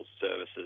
services